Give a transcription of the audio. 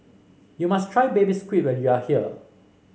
you must try Baby Squid when you are here